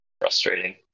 frustrating